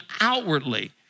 outwardly